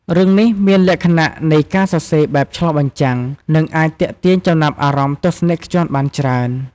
រឿងនេះមានលក្ខណៈនៃការសរសេរបែបឆ្លុះបញ្ចាំង និងអាចទាក់ទាញចំណាប់អារម្មណ៍ទស្សនិកជនបានច្រើន។